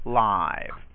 live